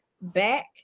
back